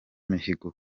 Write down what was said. mihigo